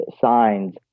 signs